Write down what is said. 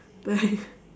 then you